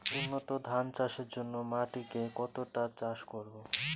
উন্নত ধান চাষের জন্য মাটিকে কতটা চাষ করব?